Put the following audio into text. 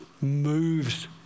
moves